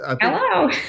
Hello